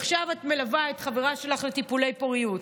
עכשיו את מלווה את חברה שלך לטיפולי פוריות,